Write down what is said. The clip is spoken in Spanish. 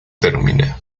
termina